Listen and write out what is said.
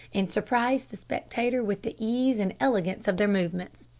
and surprise the spectator with the ease and elegance of their movements.